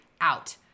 out